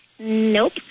Nope